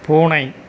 பூனை